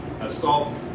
assaults